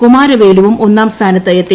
കുമാരവേലും ഒന്നാം സ്ഥാനത്തെത്തി